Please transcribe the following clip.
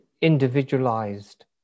individualized